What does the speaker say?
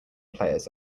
players